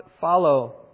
follow